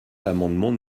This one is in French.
l’amendement